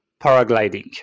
paragliding